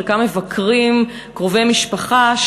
חלקם מבקרים קרובי משפחה,